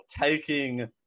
taking